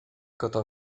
kota